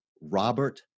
Robert